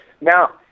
Now